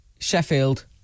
Sheffield